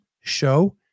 show